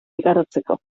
igarotzeko